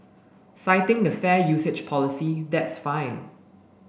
citing the fair usage policy that's fine